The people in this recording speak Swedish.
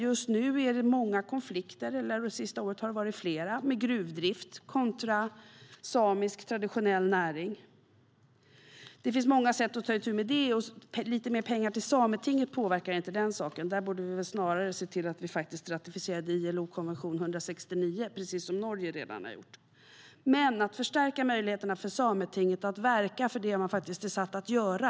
Det senaste året har det varit flera konflikter med gruvdrift kontra samisk traditionell näring. Det finns många sätt att ta itu med det, och lite mer pengar till Sametinget påverkar inte den saken. Där borde vi snarare se till att vi ratificerar ILO-konvention 169, precis som Norge redan har gjort. Men vi kan förstärka möjligheterna för Sametinget att verka för det man är satt att göra.